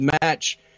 match